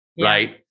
right